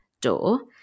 door